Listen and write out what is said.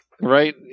right